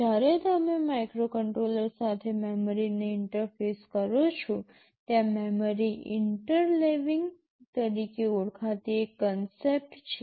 જ્યારે તમે માઇક્રોકન્ટ્રોલર સાથે મેમરીને ઇન્ટરફેસ કરો છો ત્યાં મેમરી ઇંટરલેવિંગ તરીકે ઓળખાતો એક કોન્સેપ્ટ છે